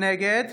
נגד